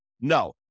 No